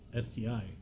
STI